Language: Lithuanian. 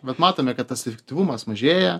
bet matome kad tas efektyvumas mažėja